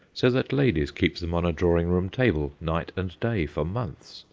so that ladies keep them on a drawing-room table, night and day, for months,